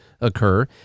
occur